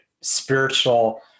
spiritual